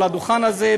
מעל הדוכן הזה,